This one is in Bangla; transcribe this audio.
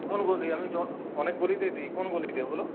কোন গলি আমি অনেক গলিতে দিই কোন গলিতে বলো